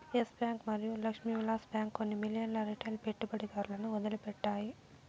yes Bank మరియు Lakshmi Vilas Bank కొన్ని మిలియన్ల రిటైల్ పెట్టుబడిదారులను వదిలిపెట్టాయి